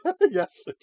yes